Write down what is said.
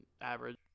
average